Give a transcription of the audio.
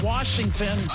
Washington